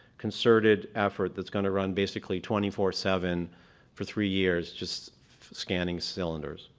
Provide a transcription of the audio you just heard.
concerted effort that's going to run basically twenty four seven for three years just scanning cylinders.